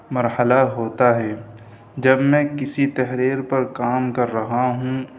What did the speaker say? مرحلہ ہوتا ہے جب میں کسی تحریر پر کام کر رہا ہوں